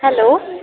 hello